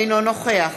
אינו נוכח